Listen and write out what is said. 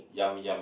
yum yum